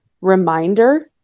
reminder